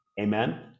amen